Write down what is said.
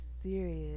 serious